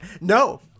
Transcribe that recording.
No